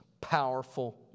powerful